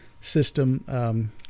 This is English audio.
system